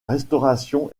restauration